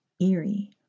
eerie